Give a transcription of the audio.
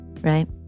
right